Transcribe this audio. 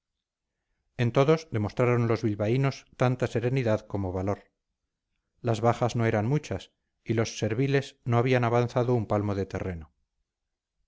en todos demostraron los bilbaínos tanta serenidad como valor las bajas no eran muchas y los serviles no habían avanzado un palmo de terreno